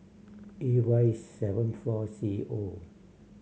A Y seven four C O